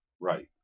Right